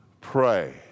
pray